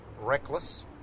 reckless